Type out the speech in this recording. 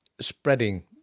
spreading